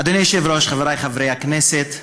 אדוני היושב-ראש, חבריי חברי הכנסת,